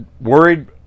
worried